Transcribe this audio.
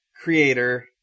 creator